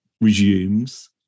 resumes